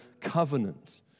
covenant